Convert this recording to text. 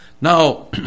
Now